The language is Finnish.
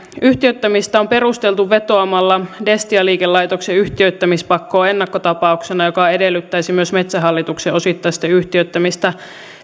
yhtiöittämistä on perusteltu vetoamalla destia liikelaitoksen yhtiöittämispakkoon ennakkotapauksena joka edellyttäisi myös metsähallituksen osittaista yhtiöittämistä